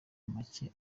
macye